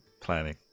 planning